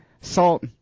salt